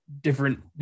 different